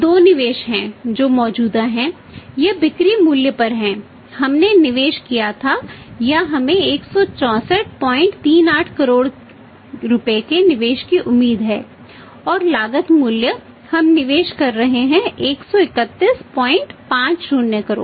दो निवेश हैं जो मौजूदा हैं यह बिक्री मूल्य पर है हमने निवेश किया था या हमें 16438 करोड़ रुपये के निवेश की उम्मीद है और लागत मूल्य हम निवेश कर रहे हैं 13150 करोड़